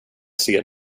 ser